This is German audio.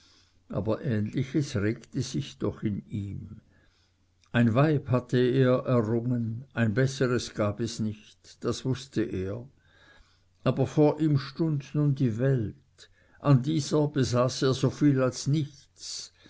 aber ähnliches regte sich doch in ihm ein weib hatte er errungen ein besseres gab es nicht das wußte er aber vor ihm stund nun die welt an dieser besaß er so viel als nichts